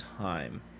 time